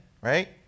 Right